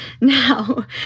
now